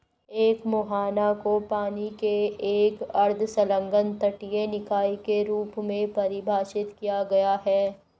एक मुहाना को पानी के एक अर्ध संलग्न तटीय निकाय के रूप में परिभाषित किया गया है